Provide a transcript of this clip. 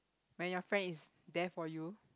when your friend is there for you